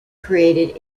created